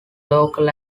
local